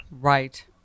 Right